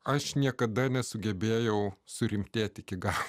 aš niekada nesugebėjau surimtėti iki galo